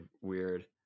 weird